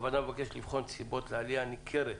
הוועדה מבקשת לבחון את הסיבות לעלייה הניכרת,